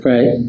Right